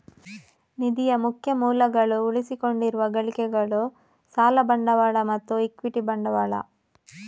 ನಿಧಿಯ ಮುಖ್ಯ ಮೂಲಗಳು ಉಳಿಸಿಕೊಂಡಿರುವ ಗಳಿಕೆಗಳು, ಸಾಲ ಬಂಡವಾಳ ಮತ್ತು ಇಕ್ವಿಟಿ ಬಂಡವಾಳ